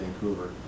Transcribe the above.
Vancouver